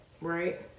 right